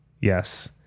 Yes